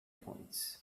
points